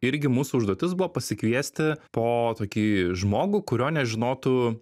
irgi mūsų užduotis buvo pasikviesti po tokį žmogų kurio nežinotų